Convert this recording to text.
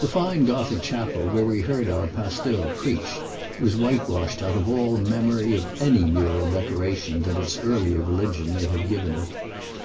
the fine gothic chapel where we heard our pasteur preach was whitewashed out of all memory of any mural decoration that its earlier religion may have given it